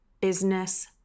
business